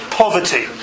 poverty